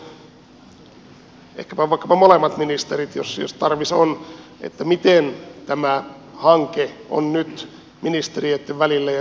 kertoisitteko ehkäpä vaikkapa molemmat ministerit jos tarvis on miten tämä hanke on nyt ministeriöitten välillä ja sisällä edennyt